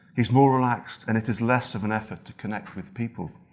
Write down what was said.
he's more relaxed and it is less of an effort to connect with people.